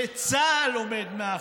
שצה"ל עומד מאחוריו,